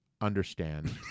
understand